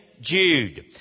Jude